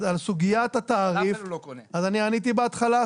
אני עניתי בהתחלה.